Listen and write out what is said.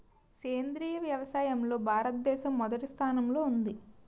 సేంద్రీయ వ్యవసాయంలో భారతదేశం మొదటి స్థానంలో ఉంది